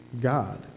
God